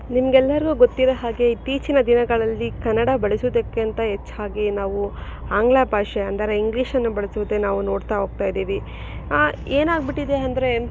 ನಿಮಗೆಲ್ಲರ್ಗೂ ಗೊತ್ತಿರುವ ಹಾಗೆ ಇತ್ತೀಚಿನ ದಿನಗಳಲ್ಲಿ ಕನ್ನಡ ಬಳಸೋದಕ್ಕಿಂತ ಹೆಚ್ಚಾಗಿ ನಾವು ಆಂಗ್ಲ ಭಾಷೆ ಅಂದರೆ ಇಂಗ್ಲಿಷನ್ನು ಬಳಸುವುದೇ ನಾವು ನೋಡ್ತಾ ಹೋಗ್ತಾ ಇದ್ದೀವಿ ಏನಾಗಿಬಿಟ್ಟಿದೆ ಅಂದರೆ